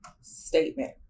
statement